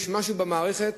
יש משהו במערכת